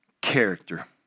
character